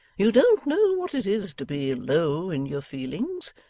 you don't know what it is to be low in your feelings.